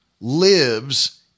lives